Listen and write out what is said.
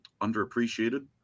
underappreciated